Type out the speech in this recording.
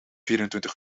vierentwintig